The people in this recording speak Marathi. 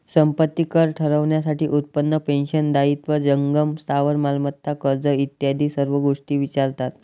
संपत्ती कर ठरवण्यासाठी उत्पन्न, पेन्शन, दायित्व, जंगम स्थावर मालमत्ता, कर्ज इत्यादी सर्व गोष्टी विचारतात